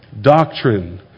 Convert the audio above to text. doctrine